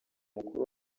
mukuru